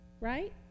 Right